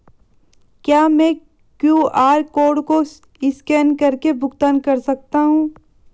क्या मैं QR code को स्कैन करके भुगतान कर सकता हूं?